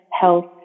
health